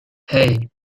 hey